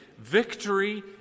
Victory